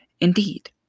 Indeed